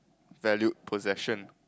valued possession